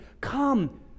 come